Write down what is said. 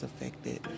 affected